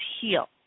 heal